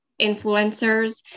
influencers